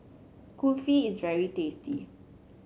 Kulfi is very tasty